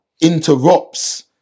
interrupts